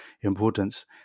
importance